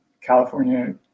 California